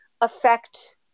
affect